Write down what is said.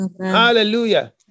Hallelujah